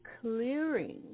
clearing